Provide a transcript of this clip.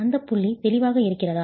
அந்த புள்ளி தெளிவாக இருக்கிறதா